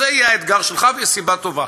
אז זה יהיה האתגר שלך, ויש סיבה טובה.